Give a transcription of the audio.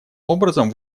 образом